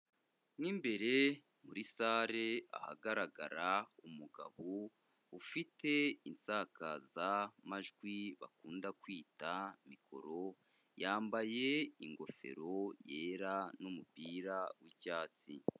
Mo imbere muri sale ahagaragarara umugabo ufite insakazamajwi bakunda kwita mikoro, yambaye ingofero yera n'umupira w'icyatsi.